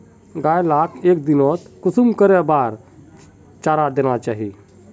गाय लाक एक दिनोत कुंसम करे बार चारा देना चही?